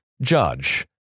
Judge